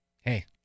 Hey